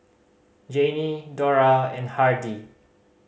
Janie Dora and Hardie